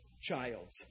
child